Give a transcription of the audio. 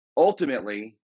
Ultimately